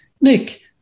Nick